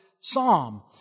psalm